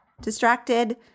Distracted